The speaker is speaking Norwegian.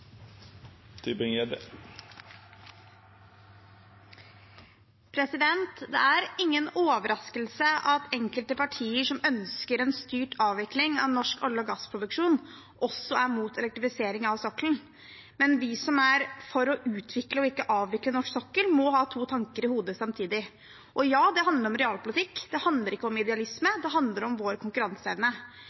Det er ingen overraskelse at enkelte partier som ønsker en styrt avvikling av norsk olje- og gassproduksjon, også er mot elektrifisering av sokkelen, men vi som er for å utvikle og ikke avvikle norsk sokkel, må ha to tanker i hodet samtidig. Ja, det handler om realpolitikk. Det handler ikke om idealisme. Det handler om vår konkurranseevne.